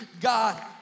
God